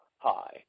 Hi